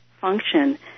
function